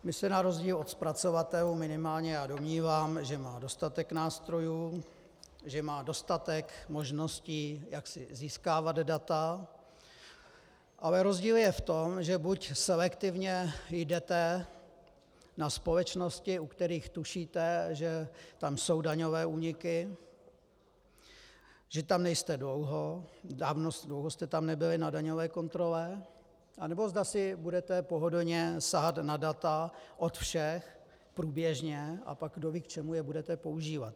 My se na rozdíl od zpracovatelů, minimálně já se domnívám, že má dostatek nástrojů, že má dostatek možností, jak si získávat data, ale rozdíl je v tom, že buď selektivně jdete na společností, u kterých tušíte, že tam jsou daňové úniky, že tam nejste dlouho, dlouho jste tam nebyli na daňové kontrole, anebo zda si budete pohodlně sahat na data od všech průběžně, a pak kdo ví, k čemu je budete používat.